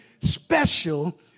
special